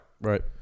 right